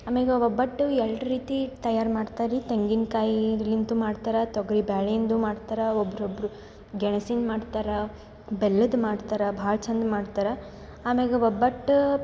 ಅಮೇಗ ಒಬ್ಬಟ್ಟು ಎರಡು ರೀತಿ ತಯಾರು ಮಾಡ್ತಾರ ರೀ ತೆಂಗಿನಕಾಯಿ ಇದ್ರಿಂತು ಮಾಡ್ತಾರ ತೊಗರಿ ಬ್ಯಾಳಿಂದು ಮಾಡ್ತಾರ ಒಬ್ಬೊಬ್ರು ಗೆಣಸಿಂದು ಮಾಡ್ತಾರ ಬೆಲ್ಲದ್ದು ಮಾಡ್ತಾರ ಭಾಳ ಚಂದ ಮಾಡ್ತಾರ ಆಮೇಗ ಒಬ್ಬಟ್ಟು